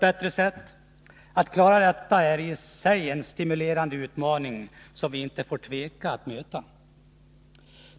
Detta är i sig en stimulerande utmaning som vi inte får tveka att anta.